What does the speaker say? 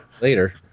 later